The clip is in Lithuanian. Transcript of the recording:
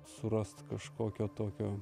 surast kažkokio tokio